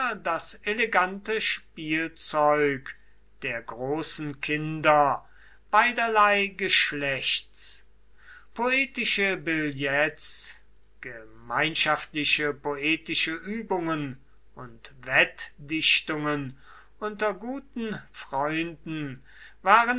das elegante spielzeug der großen kinder beiderlei geschlechts poetische billets gemeinschaftliche poetische übungen und wettdichtungen unter guten freunden waren